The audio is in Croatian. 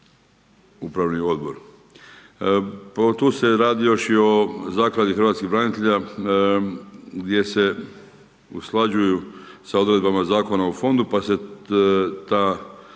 upravni odbor. Tu se radi još i o Zakladi hrvatskih branitelja gdje se usklađuju sa odredbama Zakona o fondu pa se ta